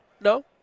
No